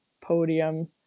podium